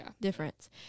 difference